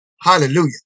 Hallelujah